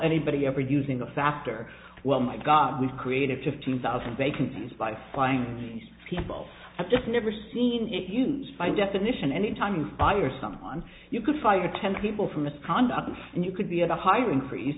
anybody ever using a faster well my god we've created fifteen thousand vacancies by flying these people i've just never seen it used by definition any time you fire someone you could fire ten people for misconduct and you could be a hiring freeze